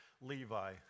Levi